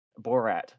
Borat